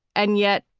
and yet,